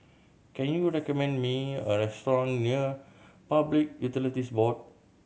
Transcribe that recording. can you recommend me a restaurant near Public Utilities Board